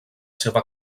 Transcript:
seva